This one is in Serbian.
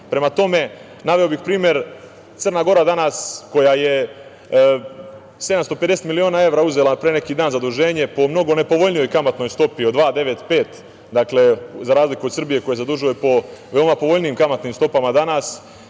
duga. Prema tome, naveo bih primer, Crna Gora, danas koja je 750 miliona evra uzela pre neki dan zaduženje, po mnogo nepovoljnijoj kamatnoj stopi od 2,95%, dakle, za razliku od Srbije koja zadužuje po veoma povoljnijim kamatnim stopama danas,